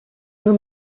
nur